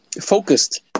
focused